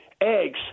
eggs